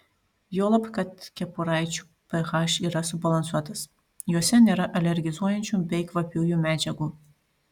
juolab kad kepuraičių ph yra subalansuotas jose nėra alergizuojančių bei kvapiųjų medžiagų